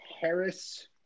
Harris